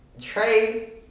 Trey